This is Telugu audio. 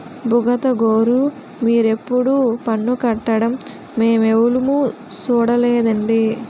బుగతగోరూ మీరెప్పుడూ పన్ను కట్టడం మేమెవులుమూ సూడలేదండి